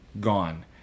gone